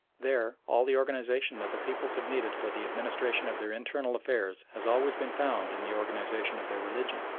there all the organisation that the peoples have needed for the administration of their internal affairs has always been found in the organisation of their religion,